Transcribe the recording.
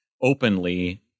openly